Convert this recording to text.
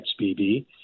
XBB